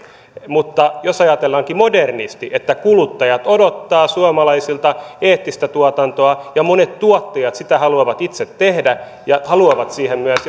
mutta jos ajatellaankin modernisti että kuluttajat odottavat suomalaisilta eettistä tuotantoa ja monet tuottajat sitä haluavat itse tehdä ja haluavat siihen myös